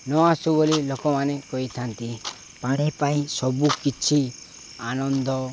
ନଆସୁ ବୋଲି ଲୋକମାନେ କହିଥାନ୍ତି ପାଣି ପାଇଁ ସବୁକିଛି ଆନନ୍ଦ